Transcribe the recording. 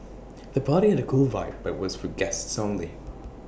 the party had A cool vibe but was for guests only